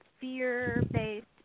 fear-based